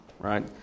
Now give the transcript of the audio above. right